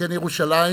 שכן ירושלים